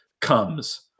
comes